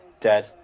Dead